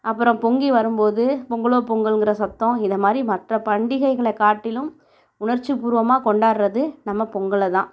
அப்புறம் பொங்கி வரும்போது பொங்கலோ பொங்கல்ங்கிற சத்தம் இதை மாதிரி மற்ற பண்டிகைகளை காட்டிலும் உணர்ச்சி பூர்வமாக கொண்டாடுகிறது நம்ம பொங்கலை தான்